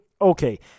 okay